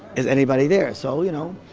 is anybody there, so, you know.